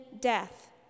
death